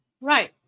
Right